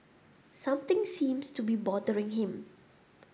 something seems to be bothering him